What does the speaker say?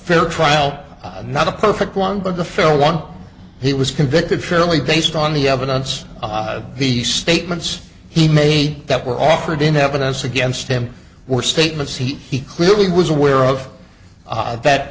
fair trial not a perfect one but the fair one he was convicted fairly based on the evidence the statements he made that were offered in evidence against him were statements he clearly was aware of that